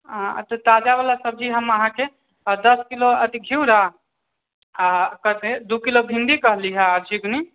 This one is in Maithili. आ अच्छे तजाबला सब्जी हम अहाँकेँ दश किलो अथी घिउरा आ कडे दू किलो भिन्डी कहली हे आ झिग्नी